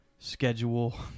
schedule